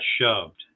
shoved